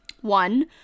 one